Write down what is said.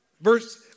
verse